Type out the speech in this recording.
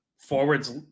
forwards